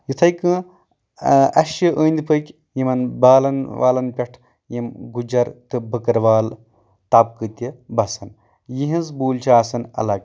یِتھٕے کٔنۍ اسہِ چھِ أنٛدۍ پٔکھۍ یمن بالن والن پٮ۪ٹھ یِم گُجر تہٕ بٔکروال طبقہٕ تہِ بسان یِہنٛز بوٗل چھِ آسان الگ